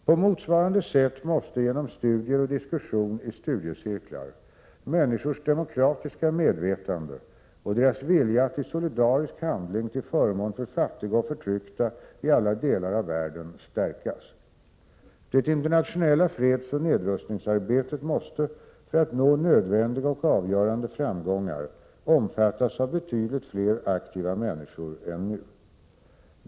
På motsvarande sätt måste genom studier och diskussion i studiecirklar människors demokratiska medvetande och deras vilja att i solidarisk handling till förmån för fattiga och förtryckta i alla delar av världen stärkas. Det internationella fredsoch nedrustningsarbetet måste för att nå nödvändiga och avgörande framgångar omfattas av betydligt fler aktiva människor än nu.